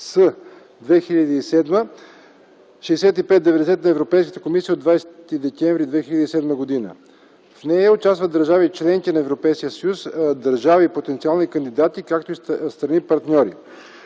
С (2007) 6590 на Европейската комисия от 20 декември 2007 г. В нея участват държави – членки на Европейския съюз, държави – потенциални кандидатки, както и страни – партньори.